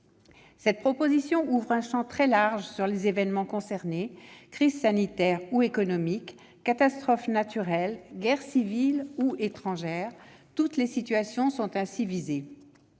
Cette proposition de loi ouvre un champ très large sur les événements concernés : crise sanitaire ou économique, catastrophes naturelles, guerre civile ou étrangère, toutes les situations sont visées.